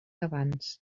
abans